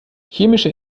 chemische